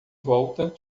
volta